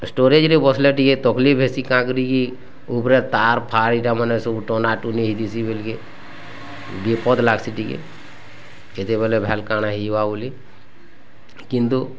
ଷ୍ଟୋରେ୍ଜରେ ବସିଲେ ଟିକେ ତକ୍ଲିଫ୍ ହେସି କାଁ କରିକି ଉପରେ ତାରଫାର୍ ଏଇଟା ମାନେ ସବୁ ଟଣାଟୁଣୀ ହେଇଥିସି ବୋଲିକି ବିପଦ୍ ଲାଗ୍ସି ଟିକେ କେତେବେଳେ ଭାଲା କାଣା ହେଇଯିବ ବୋଲି କିନ୍ତୁ